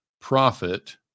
profit